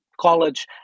college